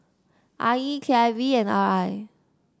I E K I V and R I